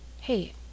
hey